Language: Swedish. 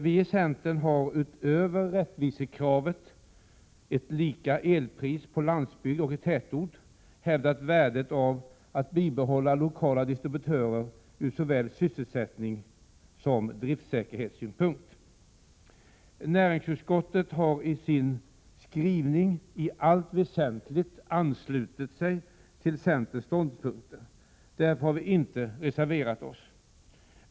Vi i centern har utöver rättvisekravet— lika elpris på landsbygd och i tätort — hävdat värdet av att bibehålla lokala distributörer ur såväl sysselsättningssom driftssäkerhetssynpunkt. Näringsutskottet har i sin skrivning i allt väsentligt anslutit sig till centerns ståndpunkter. Därför har vi inte reserverat oss.